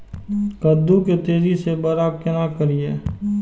कद्दू के तेजी से बड़ा केना करिए?